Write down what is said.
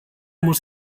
muss